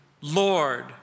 Lord